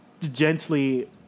gently